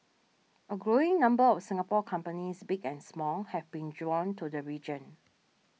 a growing number of Singapore companies big and small have been drawn to the region